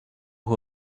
who